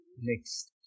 Next